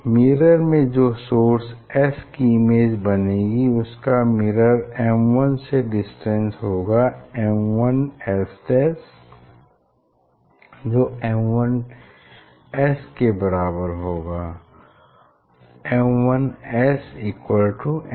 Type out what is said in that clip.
mirror में जो source S की इमेज बनेगी उसका मिरर M1 से डिस्टेंस होगा M1S जो M1S के बराबर होगा M1SM1S